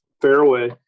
fairway